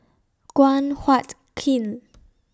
Guan Huat Kiln